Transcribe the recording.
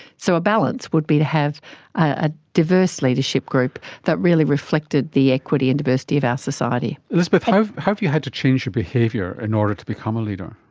so a balance would be to have a diverse leadership group that really reflected the equity and diversity of our society. elizabeth, how have you had to change your behaviour in order to become a leader?